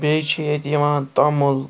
بیٚیہِ چھِ ییٚتہِ یِوان توٚمُل